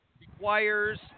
requires